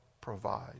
provide